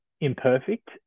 imperfect